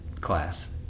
class